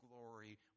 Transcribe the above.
glory